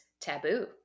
taboo